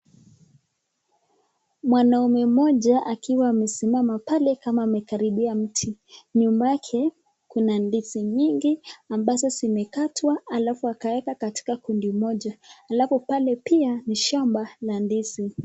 Mwanaume mmoja akiwa amesimama pale kama amekaribia mti, nyuma yake kuna ndizi mingi ambazo zimekatwa alafu akaweka katika kundi moja, alafu pale pia ni shamba la ndizi.